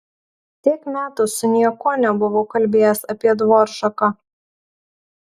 tiek metų su niekuo nebuvau kalbėjęs apie dvoržaką